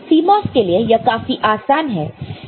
CMOS के लिए यह काफी आसान है